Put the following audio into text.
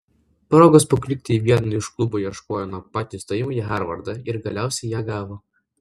progos pakliūti į vieną iš klubų ieškojo nuo pat įstojimo į harvardą ir galiausiai ją gavo